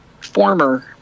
former